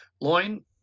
loin